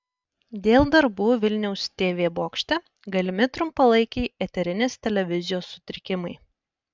dėl darbų vilniaus tv bokšte galimi trumpalaikiai eterinės televizijos sutrikimai